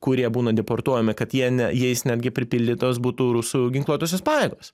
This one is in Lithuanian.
kurie būna deportuojami kad jie ne jais netgi pripildytos būtų rusų ginkluotosios pajėgos